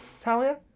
Talia